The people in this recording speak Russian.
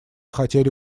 хотели